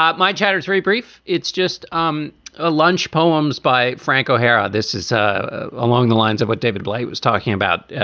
um my chatter is very brief. it's just um a a lunch poems by frank o'hara this is ah along the lines of what david blight was talking about.